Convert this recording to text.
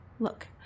Look